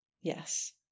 Yes